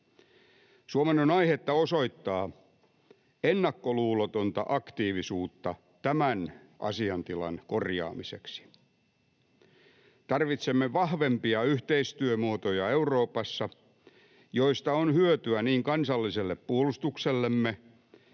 Suomen on aihetta osoittaa ennakkoluulotonta aktiivisuutta tämän asiantilan korjaamiseksi. Tarvitsemme vahvempia yhteistyömuotoja Euroopassa, joista on hyötyä kansalliselle puolustuksellemme